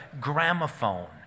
gramophone